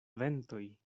ventoj